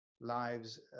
lives